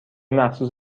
مخصوص